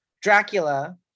Dracula